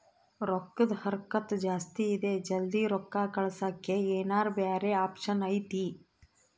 ರೊಕ್ಕದ ಹರಕತ್ತ ಜಾಸ್ತಿ ಇದೆ ಜಲ್ದಿ ರೊಕ್ಕ ಕಳಸಕ್ಕೆ ಏನಾರ ಬ್ಯಾರೆ ಆಪ್ಷನ್ ಐತಿ?